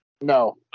No